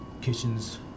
Kitchens